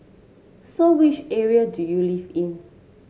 so which area do you live in